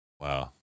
Wow